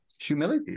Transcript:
humility